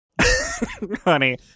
Honey